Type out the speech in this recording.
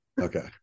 Okay